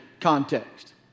context